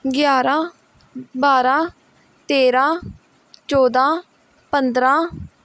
ਗਿਆਰ੍ਹਾਂ ਬਾਰ੍ਹਾਂ ਤੇਰ੍ਹਾਂ ਚੌਦ੍ਹਾਂ ਪੰਦਰ੍ਹਾਂ